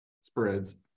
spreads